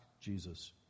Jesus